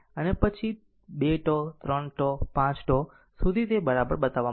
અને પછી 2 τ 3 τ 5 to સુધી તે બરાબર બતાવવામાં આવે છે